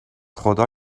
خدا